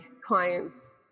clients